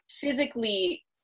physically